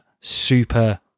super